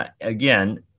again